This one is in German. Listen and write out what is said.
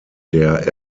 der